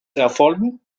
erfolgen